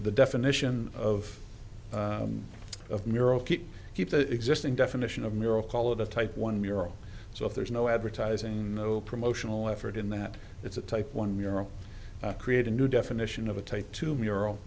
the definition of of miral keep keep the existing definition of miracle of a type one mural so if there is no advertising no promotional effort in that it's a type one mural create a new definition of a type two mural